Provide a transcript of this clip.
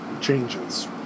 changes